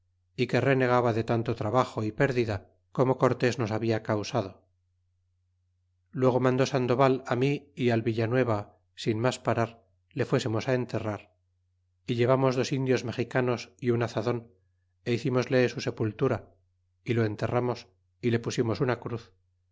y que renegaba de tanto trabajo é perdida como cortes nos babia causado y luego mandó sandoval mi y al villa nueva sin mas parar le fuesemos enterrar y llevamos dos indios mexicanos y un azadon é hicimosle su sepultura y lo enterramos y le pusimos una cruz